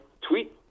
tweet